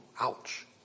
ouch